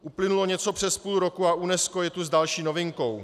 Uplynulo něco přes půl roku a UNESCO je tu s další novinkou.